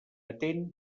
atén